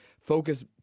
focus